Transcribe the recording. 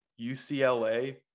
UCLA